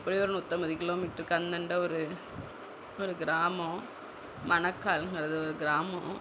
எப்படியும் ஒரு நூற்றம்பது கிலோமீட்டருக்கு அந்தண்டே ஒரு ஒரு கிராமம் மணக்கால்ங்கிறது ஒரு கிராமம்